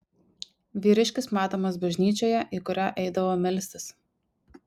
vyriškis matomas bažnyčioje į kurią eidavo melstis